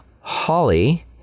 holly